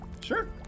sure